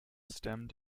stemmed